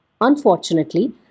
Unfortunately